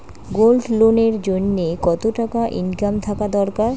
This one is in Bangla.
গোল্ড লোন এর জইন্যে কতো টাকা ইনকাম থাকা দরকার?